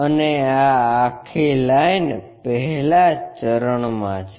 અને આ આખી લાઇન પહેલા ચરણ મા છે